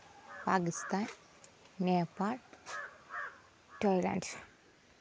Pakistan Nepal Thailand